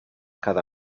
cada